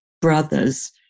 brother's